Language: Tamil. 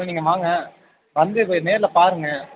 இல்லை நீங்கள் வாங்க வந்து கொஞ்சம் நேரில் பாருங்க